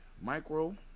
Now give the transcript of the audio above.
Micro